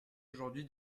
aujourd’hui